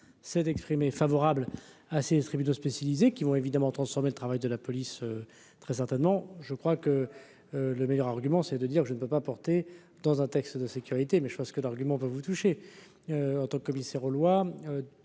s'est exprimé favorable à ces tribunaux spécialisés qui vont évidemment transformé le travail de la police, très certainement, je crois que le meilleur argument c'est de dire : je ne peux pas porter dans un texte de sécurité mais je pense que l'argument peut vous toucher autant de commissaires aux lois